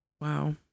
wow